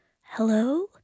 hello